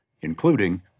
including